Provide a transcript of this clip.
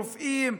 רופאים,